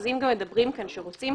אז אם כבר מדברים כאן שרוצים,